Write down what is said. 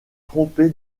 trompé